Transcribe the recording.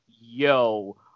yo